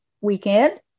weekend